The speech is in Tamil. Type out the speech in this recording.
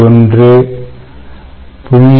1 0